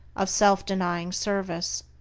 of self-denying service.